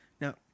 Now